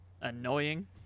Annoying